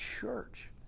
church